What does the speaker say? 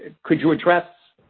could you address,